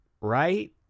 Right